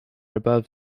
above